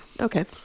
Okay